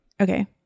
Okay